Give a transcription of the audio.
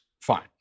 fine